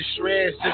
SHREDS